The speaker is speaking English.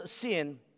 sin